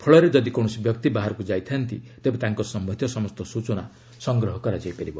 ଫଳରେ ଯଦି କୌଣସି ବ୍ୟକ୍ତି ବାହାରକ୍ ଯାଇଥାନ୍ତି ତେବେ ତାଙ୍କ ସମ୍ଭନ୍ଧୀୟ ସମସ୍ତ ସ୍ଚଚନା ସଂଗ୍ରହ କରାଯାଇ ପାରିବ